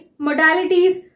modalities